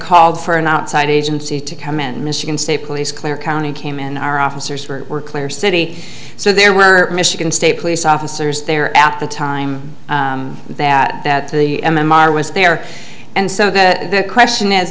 called for an outside agency to come in michigan state police clear county came in our officers were clear city so there were michigan state police officers there at the time that that the m m r was there and so the question is